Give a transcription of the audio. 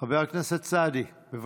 חבר הכנסת סעדי, בבקשה.